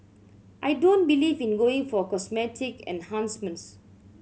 I don't believe in going for cosmetic enhancements